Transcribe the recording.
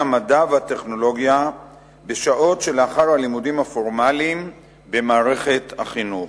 המדע והטכנולוגיה בשעות שלאחר הלימודים הפורמליים במערכת החינוך.